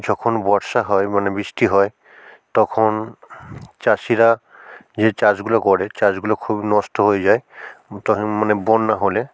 যখন বর্ষা হয় মানে বৃষ্টি হয় তখন চাষিরা যে চাষগুলো করে চাষগুলো খুব নষ্ট হয়ে যায় তখন মানে বন্যা হলে